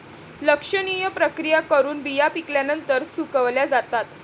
लक्षणीय प्रक्रिया करून बिया पिकल्यानंतर सुकवल्या जातात